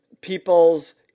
people's